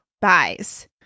buys